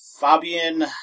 Fabian